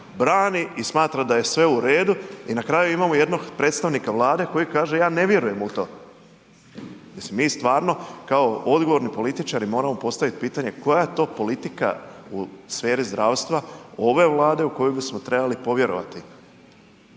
brani i smatra da je sve u redu i na kraju imamo jednog predstavnika Vlade koji kaže ja ne vjerujem u to. Mislim mi stvarno kao odgovorni političari moramo postaviti pitanje koja je to politika u sferi zdravstva ove Vlade u koju bismo trebali povjerovati.